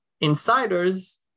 Insiders